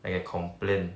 I get complaint